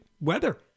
weather